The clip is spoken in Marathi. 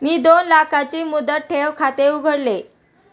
मी दोन लाखांचे मुदत ठेव खाते उघडले